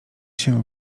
się